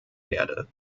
werde